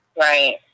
right